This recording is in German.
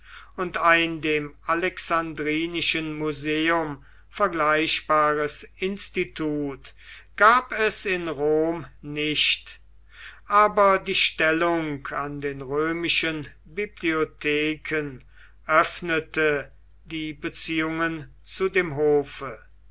und ein dem alexandrinischen museum vergleichbares institut gab es in rom nicht aber die stellung an den römischen bibliotheken öffnete die beziehungen zu dem hofe